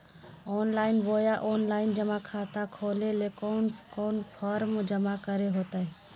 Online बोया offline जमा खाता खोले ले कोन कोन फॉर्म जमा करे होते?